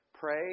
Pray